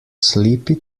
sleepy